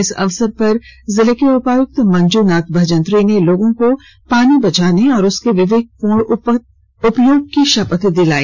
इस अवसर पर जिले के उपयक्त मंजनाथ भजंत्री ने लोगों को पानी बचाने और उसके विवेकपर्ण उपयोग की शपथ दिलाई